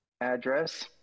address